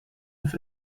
with